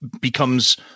becomes